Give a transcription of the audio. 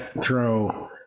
throw